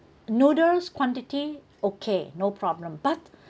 noodles quantity okay no problem but